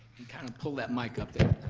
kind of pull that mic up there.